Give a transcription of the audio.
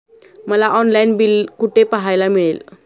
मला online bill कुठे पाहायला मिळेल?